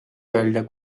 öelda